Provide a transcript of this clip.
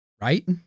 Right